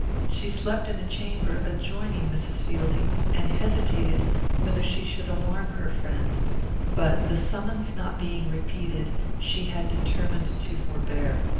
she slept in a chamber adjoining mrs. fielding's, and hesitated whether she should alarm her friend but, the summons not being repeated, she had determined to forbear.